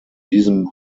diesem